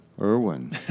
Irwin